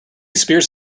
spears